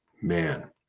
man